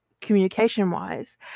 communication-wise